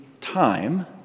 time